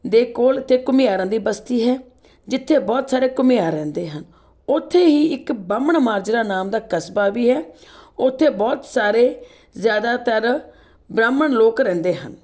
ਦੇ ਕੋਲ ਤਾਂ ਘੁਮਿਆਰਾਂ ਦੀ ਬਸਤੀ ਹੈ ਜਿੱਥੇ ਬਹੁਤ ਸਾਰੇ ਘੁਮਿਆਰ ਰਹਿੰਦੇ ਹਨ ਉੱਥੇ ਹੀ ਇੱਕ ਬਾਹਮਣ ਮਾਜਰਾ ਨਾਮ ਦਾ ਕਸਬਾ ਵੀ ਹੈ ਉੱਥੇ ਬਹੁਤ ਸਾਰੇ ਜ਼ਿਆਦਾਤਰ ਬ੍ਰਾਹਮਣ ਲੋਕ ਰਹਿੰਦੇ ਹਨ